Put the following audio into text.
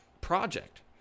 project